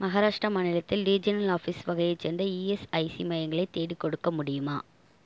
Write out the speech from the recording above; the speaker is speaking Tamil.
மகாராஷ்ட்ரா மாநிலத்தில் ரீஜியனல் ஆஃபீஸ் வகையைச் சேர்ந்த இஎஸ்ஐசி மையங்களை தேடிக்கொடுக்க முடியுமா